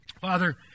Father